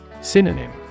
Synonym